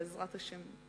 בעזרת השם,